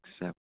accept